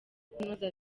kunoza